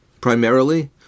primarily